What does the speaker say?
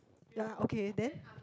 ya okay then